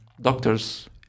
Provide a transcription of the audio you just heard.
doctors